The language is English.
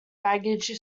baggage